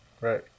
Right